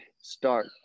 start